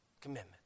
commitment